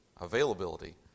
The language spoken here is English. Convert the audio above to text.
availability